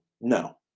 No